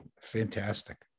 fantastic